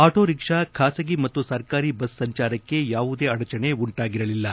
auto rickshaw ಖಾಸಗಿ ಮತ್ತು ಸರ್ಕಾರಿ ಬಸ್ ಸಂಚಾರಕ್ಕೆ ಯಾವುದೇ ಅಡಚಣೆ ಉಂಟಾಗಿರಲಿಲ್ಲ